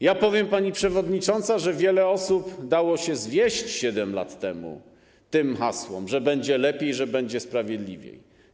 Ja powiem, pani przewodnicząca, że wiele osób dało się zwieść 7 lat temu tym hasłom, że będzie lepiej, że będzie sprawiedliwiej.